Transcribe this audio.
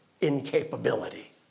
incapability